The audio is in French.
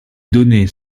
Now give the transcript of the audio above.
données